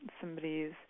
somebody's